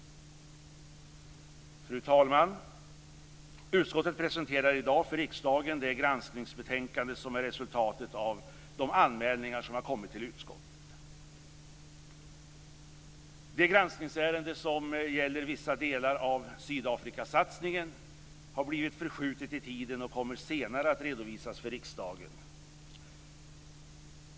Fru talman! Utskottet presenterar i dag för riksdagen det granskningsbetänkande som är resultatet av de anmälningar som har kommit till utskottet. Det granskningsärende som gäller vissa delar av Sydafrikasatsningen har blivit förskjutet i tiden och kommer att redovisas senare för riksdagen.